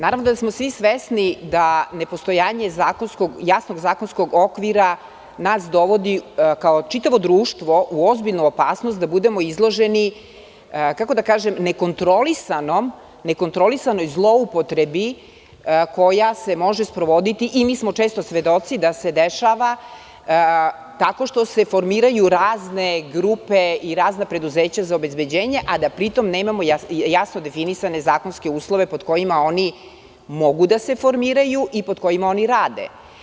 Naravno da smo svi svesni da nepostojanje jasnog zakonskog okvira nas dovodi kao čitavo društvo u ozbiljnu opasnost da budemo izloženi, kako da kažem, nekontrolisanoj zloupotrebi koja se može sprovoditi i mi smo često svedoci da se dešava tako što se formiraju razne grupe i razna preduzeća za obezbeđenje a da pri tom nemamo jasno definisane zakonske uslove pod kojima oni mogu da se formiraju i pod kojima oni rade.